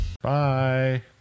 bye